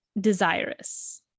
desirous